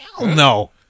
No